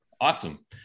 awesome